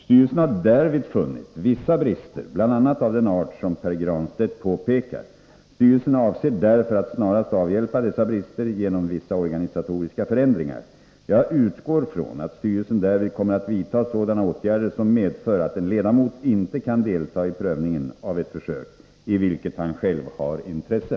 Styrelsen har därvid funnit vissa brister, bl.a. av den art som Pär Granstedt påpekat. Styrelsen avser därför att snarast avhjälpa dessa brister genom vissa organisatoriska förändringar. Jag utgår från att styrelsen därvid kommer att vidta sådana åtgärder som medför att en ledamot inte kan delta i prövningen av ett försök i vilket han själv har intresse.